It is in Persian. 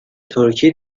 ترکی